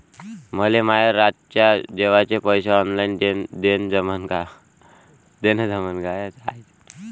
मले माये रातच्या जेवाचे पैसे ऑनलाईन देणं जमन का?